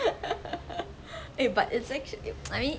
eh but it's actually I mean